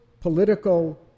political